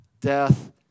death